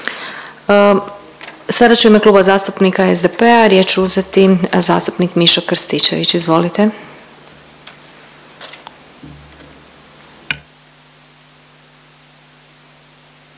Sada će u ime Kluba zastupnika SDP-a riječ uzeti zastupnik Mišo Krstičević, izvolite.